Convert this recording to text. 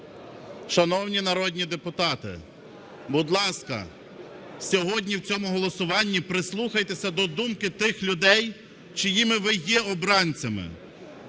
Шановні народні депутати, будь ласка, сьогодні в цьому голосуванні прислухайтесь до думки тих людей, чиїми ви є обранцями.